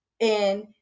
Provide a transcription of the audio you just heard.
And-